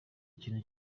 ikintu